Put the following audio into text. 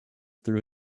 through